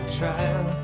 trial